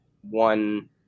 one